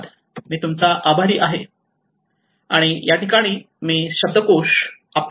धन्यवाद मी तूमचा आभारी आहे